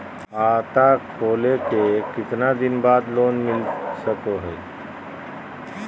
खाता खोले के कितना दिन बाद लोन मिलता सको है?